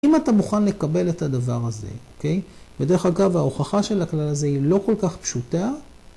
‫אם אתה מוכן לקבל את הדבר הזה, אוקיי? ‫ודרך אגב, ההוכחה של הכלל הזה ‫היא לא כל כך פשוטה.